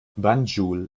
banjul